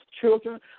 children